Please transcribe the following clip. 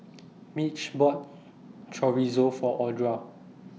Mitch bought Chorizo For Audra